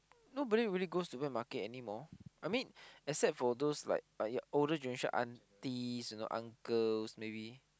nobody really goes to wet market anymore I mean except for those like older generation aunties you know uncles maybe